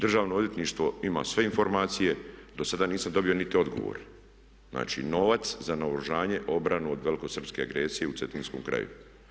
Državno odvjetništvo ima sve informacije, do sada nisam dobio ni odgovor, znači novac za naoružanje, obranu od velikosrpske agresije u cetinskom kraju.